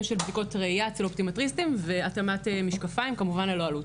של בדיקות ראיה אצל אופטומטריסטים והתאמת משקפיים כמובן ללא עלות.